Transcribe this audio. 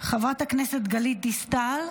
חברת הכנסת גלית דיסטל,